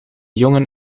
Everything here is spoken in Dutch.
jongen